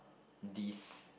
these